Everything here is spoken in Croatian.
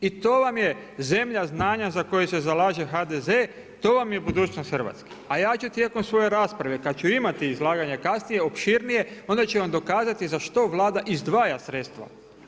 I to vam je zemlja znanja za koju se zalaže HDZ, to vam je budućnost Hrvatske, a ja ću tijekom svoje rasprave kad ću imati izlaganje kasnije opširnije onda ću vam dokazati za što Vlada izdvaja sredstva.